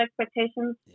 expectations